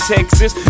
Texas